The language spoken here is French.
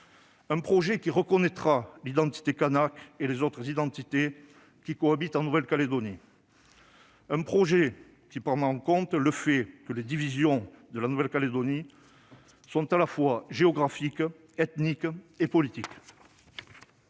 un projet qui reconnaîtra l'identité kanake et les autres identités qui cohabitent en Nouvelle-Calédonie ; un projet qui prendra en compte le fait que les divisions y sont à la fois géographiques, ethniques et politiques.